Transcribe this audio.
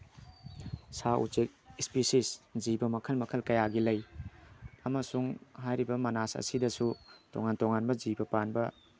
ꯁꯥ ꯎꯆꯦꯛ ꯏꯁꯄꯦꯁꯤꯁ ꯖꯤꯕ ꯃꯈꯜ ꯃꯈꯜ ꯀꯌꯥꯒꯤ ꯂꯩ ꯑꯃꯁꯨꯡ ꯍꯥꯏꯔꯤꯕ ꯃꯅꯥꯁ ꯑꯁꯤꯗꯁꯨ ꯇꯣꯉꯥꯟ ꯇꯣꯉꯥꯟꯕ ꯖꯤꯕ ꯄꯥꯟꯕ